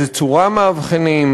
באיזו צורה מאבחנים?